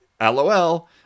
LOL